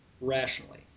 rationally